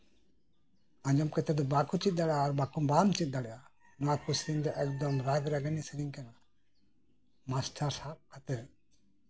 ᱟᱸᱡᱚᱢ ᱠᱟᱛᱮᱜ ᱫᱚ ᱵᱟᱠᱚ ᱪᱮᱫ ᱫᱟᱲᱮᱭᱟᱜᱼᱟ ᱟᱨ ᱵᱟᱠᱚ ᱵᱟᱢ ᱪᱮᱫ ᱫᱟᱲᱮᱭᱟᱜᱼᱟ ᱱᱚᱣᱟ ᱠᱚ ᱥᱮᱨᱮᱧ ᱫᱚ ᱮᱠᱫᱚᱢ ᱱᱚᱣᱟ ᱠᱚ ᱥᱮᱨᱮᱧ ᱫᱚ ᱨᱟᱡ ᱨᱟᱱᱤᱭᱟᱜ ᱥᱮᱨᱮᱧ ᱠᱟᱱᱟ ᱢᱟᱥᱴᱟᱨ ᱥᱟᱵ ᱠᱟᱛᱮᱜ